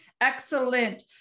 excellent